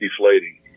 deflating